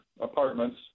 apartments